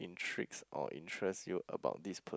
intrigues or interests you about this per~